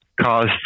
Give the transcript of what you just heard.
caused